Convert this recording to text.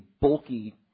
bulky